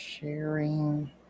sharing